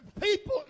People